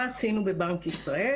מה עשינו בבנק ישראל?